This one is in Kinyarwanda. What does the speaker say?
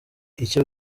icyo